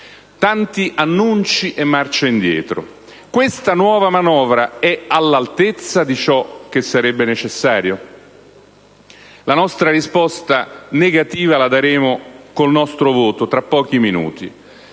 tanti annunci e marce indietro, questa nuova manovra è all'altezza di ciò che sarebbe necessario? La nostra risposta negativa la esprimeremo con il nostro voto tra pochi minuti.